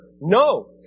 No